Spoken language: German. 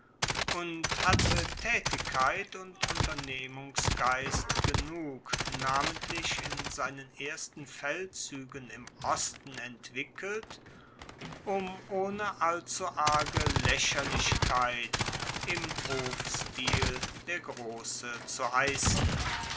und hatte taetigkeit und unternehmungsgeist genug namentlich in seinen ersten feldzuegen im osten entwickelt um ohne allzu arge laecherlichkeit im hofstil der grosse zu heissen